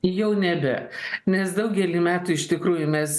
jau nebe nes daugelį metų iš tikrųjų mes